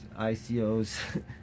ICOs